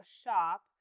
shop